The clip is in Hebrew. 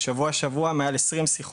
שבוע-שבוע מעל 20 שיחות,